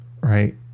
Right